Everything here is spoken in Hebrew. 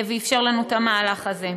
ואפשר לנו את המהלך הזה,